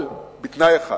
אבל בתנאי אחד,